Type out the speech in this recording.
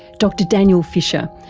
dr daniel fisher,